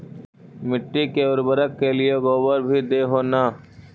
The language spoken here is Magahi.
मिट्टी के उर्बरक के लिये गोबर भी दे हो न?